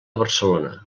barcelona